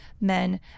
men